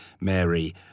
Mary